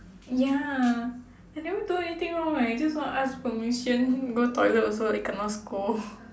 ya I never do anything wrong right just want to ask permission go toilet also kena scold